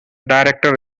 director